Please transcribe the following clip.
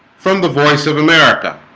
from the voice of america?